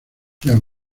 jean